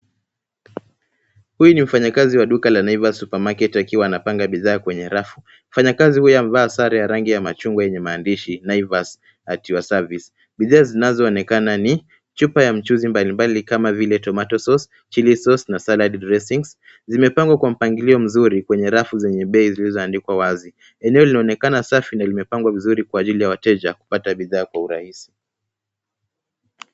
Huyu ni mfanyikazi wa duka la Naivas Supermarket akiwa anapanga bidhaa kwenye rafu. Mfanyikazi huyo amevaa sare ya rangi machungwa yenye maandishi Naivas at your service . Bidhaa zinazo onekana ni chupa ya mchuzi mbalimbali kama vile tomato sauce, chilli sauce na salad dressings . Zimepangwa kwa mpangilio mzuri mwenye rafu zenye bei zilizo andikwa wazi. Eneo linaonekana safi na limepangwa vizuri kwa ajili ya wateja kupata bidhaa kwa urahisi.